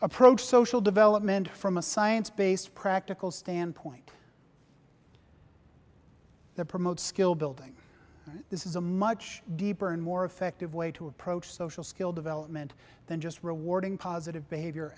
approach social development from a science based practical standpoint that promotes skill building and this is a much deeper and more effective way to approach social skill development than just rewarding positive behavior